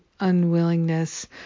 unwillingness